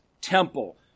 temple